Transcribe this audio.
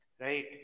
Right